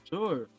Sure